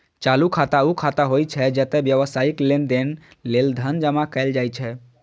चालू खाता ऊ खाता होइ छै, जतय व्यावसायिक लेनदेन लेल धन जमा कैल जाइ छै